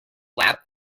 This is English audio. lab